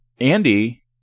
Andy